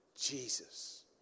Jesus